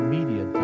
Media